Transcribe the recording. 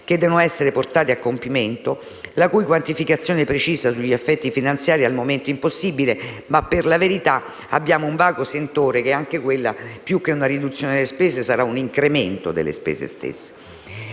che devono essere portati a compimento, la cui quantificazione precisa sugli effetti finanziari è al momento impossibile. Ma per la verità abbiamo un vago sentore che anche quella, più che una riduzione, sarà un incremento delle spese stesse.